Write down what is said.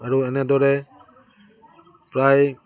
আৰু এনেদৰে প্ৰায়